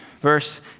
verse